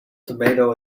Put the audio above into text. tomato